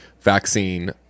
vaccine